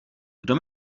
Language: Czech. kdo